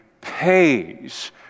pays